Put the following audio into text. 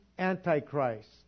Antichrist